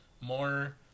more